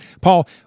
Paul